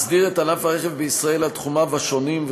מסדיר את ענף הרכב בישראל על תחומיו השונים,